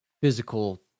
physical